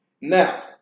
now